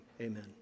amen